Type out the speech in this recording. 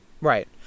Right